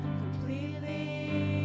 completely